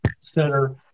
center